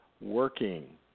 working